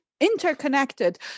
interconnected